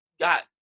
got